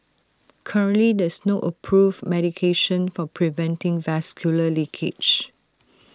currently there is no approved medication for preventing vascular leakage